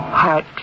Heart